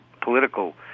political